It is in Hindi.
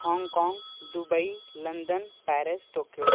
Hong Kong Dubai London Paris Tokyo